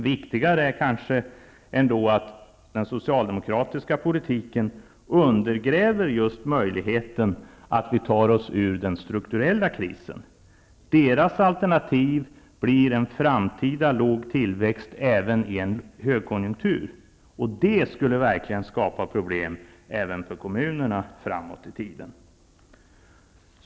Viktigare ändå är kanske att den socialdemokratiska politiken undergräver möjligheten att vi tar oss ur den strukturella krisen. Socialdemokraternas alternativ blir en framtida låg tillväxt, även i en högkonjunktur. Det skulle verkligen skapa problem även för kommunerna framåt i tiden.